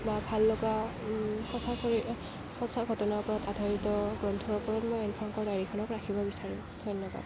বা ভাল লগা সঁচা ঘটনাৰ ওপৰত আধাৰিত গ্ৰন্থৰ ওপৰত মই এন ফ্ৰাংকৰ ডায়েৰীখনক ৰাখিব বিচাৰিম ধন্যবাদ